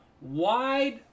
wide